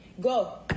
Go